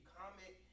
comment